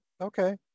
Okay